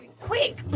Quick